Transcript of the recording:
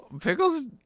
Pickle's